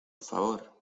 favor